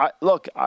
Look